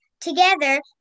Together